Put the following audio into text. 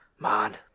man